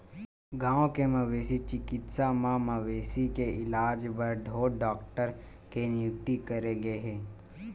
गाँव के मवेशी चिकित्सा म मवेशी के इलाज बर ढ़ोर डॉक्टर के नियुक्ति करे गे हे